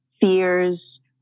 fears